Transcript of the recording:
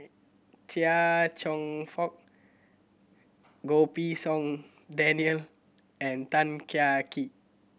Chia Cheong Fook Goh Pei Siong Daniel and Tan Kah Kee